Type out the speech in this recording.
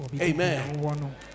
Amen